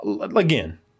Again